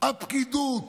הפקידות